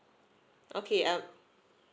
okay uh